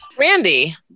Randy